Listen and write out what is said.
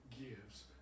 gives